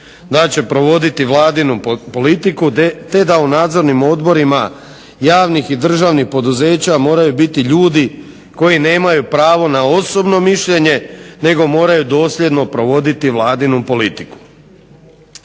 da će provoditi vladinu politiku, te da u nadzornim odborima javnih i državnih poduzeća moraju biti ljudi koji nemaju pravo na osobno mišljenje, nego moraju dosljedno provoditi vladinu politiku."